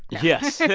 yes yeah